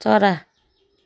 चरा